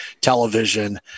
television